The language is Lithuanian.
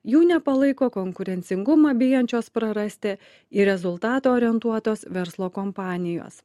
jų nepalaiko konkurencingumą bijančios prarasti į rezultatą orientuotos verslo kompanijos